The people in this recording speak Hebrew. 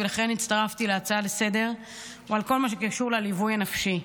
ולכן הצטרפתי להצעה לסדר-היום בכל מה שקשור לליווי הנפשי,